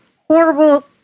horrible